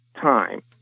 time